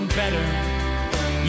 better